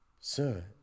sir